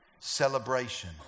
celebration